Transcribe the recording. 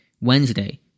Wednesday